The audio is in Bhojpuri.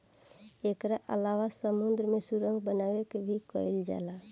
एकरा अलावा समुंद्र में सुरंग बना के भी कईल जाला